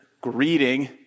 greeting